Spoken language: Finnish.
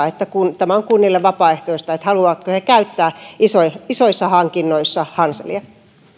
että tämä on kunnille vapaaehtoista haluavatko he käyttää isoissa hankinnoissa hanselia